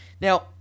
Now